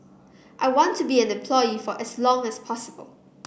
I want to be an employee for as long as possible